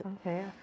Okay